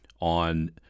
on